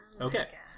Okay